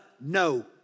no